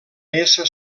essa